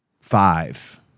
five